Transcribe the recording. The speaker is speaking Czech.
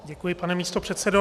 Děkuji, pane místopředsedo.